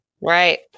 Right